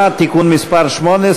מי שרוצה שקיפות,